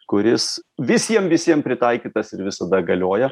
kuris visiem visiem pritaikytas ir visada galioja